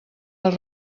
les